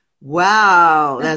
Wow